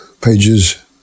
pages